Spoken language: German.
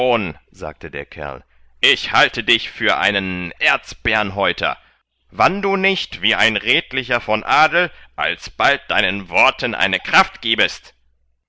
sagte der kerl ich halte dich vor einen erz bärnhäuter wann du nicht wie ein redlicher von adel alsbald deinen worten eine kraft gibest